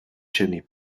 chimney